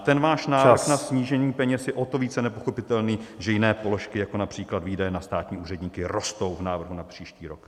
Ten váš návrh na snížení peněz je o to více nepochopitelný, že jiné položky, jako například výdaje na státní úředníky, rostou v návrhu na příští rok.